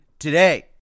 today